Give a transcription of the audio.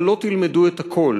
אבל לא תלמדו את הכול.